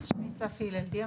אז שמי צפי הלל דיאמנט,